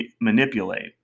manipulate